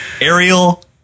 Ariel